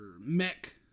mech